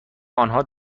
آنها